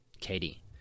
Katie